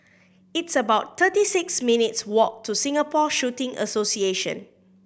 it's about thirty six minutes' walk to Singapore Shooting Association